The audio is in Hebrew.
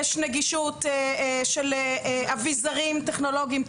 יש נגישות של אביזרים טכנולוגיים.